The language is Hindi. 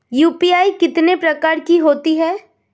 यू.पी.आई कितने प्रकार की होती हैं?